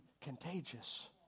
contagious